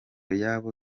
yabo